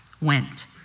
went